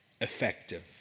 effective